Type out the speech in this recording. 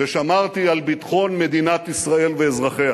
ושמרתי על ביטחון מדינת ישראל ואזרחיה.